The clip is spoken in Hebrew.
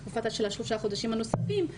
בתקופה של השלושה חודשים הנוספים,